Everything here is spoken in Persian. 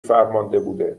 فرمانده